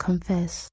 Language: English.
Confess